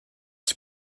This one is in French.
qui